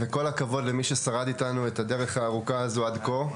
וכל הכבוד למי ששרד איתנו את הדרך הארוכה הזו עד כה;